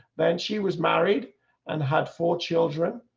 then she was married and had four children.